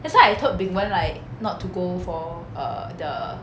that's why I told bing wen like not to go for err the